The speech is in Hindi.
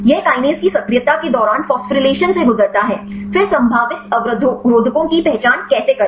यह काइनेज की सक्रियता के दौरान फोस्फोरीलेशन से गुजरता है फिर संभावित अवरोधकों की पहचान कैसे करें